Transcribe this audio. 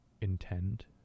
intend